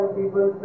people